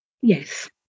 Yes